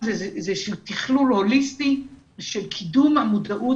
זה איזשהו תכלול הוליסטי של קידום המודעות